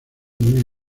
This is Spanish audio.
muy